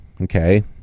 Okay